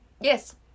Yes